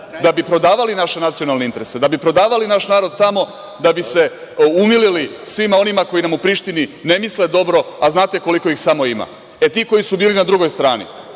da bi prodavali naše nacionalne interese, da bi prodavali naš narod tamo, da bi se umilili svima onima koji nam u Prištini ne misle dobro, a znate koliko ih samo ima. Ti koji su bili na drugoj strani,